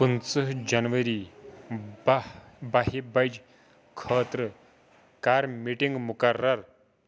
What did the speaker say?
پٕنٛژٕہ جنوری باہ بہہِ بجہِ خٲطرٕ کَر میٖٹِنٛگ مُقرر